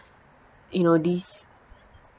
you know these